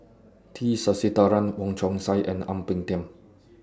T Sasitharan Wong Chong Sai and Ang Peng Tiam